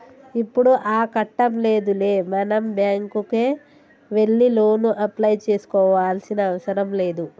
ఇప్పుడు ఆ కట్టం లేదులే మనం బ్యాంకుకే వెళ్లి లోను అప్లై చేసుకోవాల్సిన అవసరం లేదు